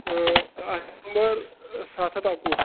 اَتھ نمبر سَتھ ہَتھ اَکوُہ